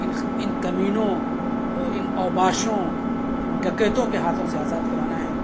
اِن ان کمینوں اور ان اُوباشوں ان ڈکیتوں کے ہاتھوں سے آزاد کرانا ہے